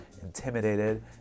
intimidated